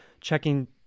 checking-